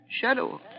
Shadow